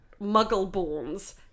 muggle-borns